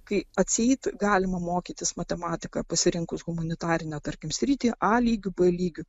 kai atseit galima mokytis matematiką pasirinkus humanitarinę tarkim sritį a lygiu b lygiu